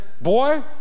boy